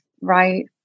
right